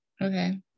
Okay